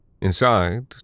Inside